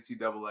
NCAA